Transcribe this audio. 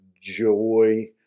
joy